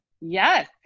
Yes